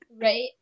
right